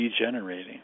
degenerating